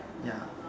ya